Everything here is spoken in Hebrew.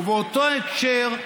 ובאותו הקשר,